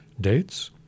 dates